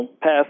pass